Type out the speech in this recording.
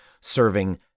serving